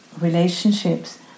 relationships